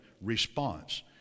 response